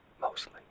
mostly